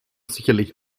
sicherlich